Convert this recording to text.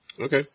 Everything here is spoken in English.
Okay